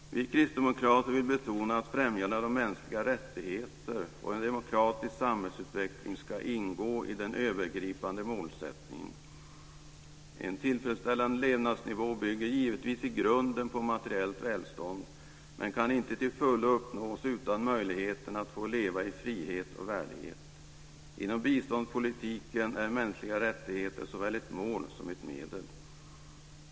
Vi kristdemokrater vill betona att främjandet av mänskliga rättigheter och en demokratisk samhällsutveckling ska ingå i den övergripande målsättningen. En tillfredsställande levnadsnivå bygger givetvis i grunden på materiellt välstånd men kan inte till fullo uppnås utan möjligheten att få leva i frihet och värdighet. Inom biståndspolitiken är mänskliga rättigheter såväl ett mål som ett medel.